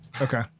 Okay